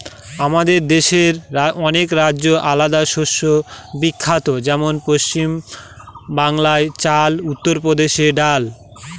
আমাদের দেশের অনেক রাজ্যে আলাদা শস্য বিখ্যাত যেমন পশ্চিম বাংলায় চাল, উত্তর প্রদেশে ডাল